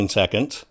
seconds